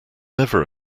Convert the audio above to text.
never